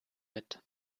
mit